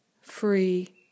free